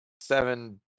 Seven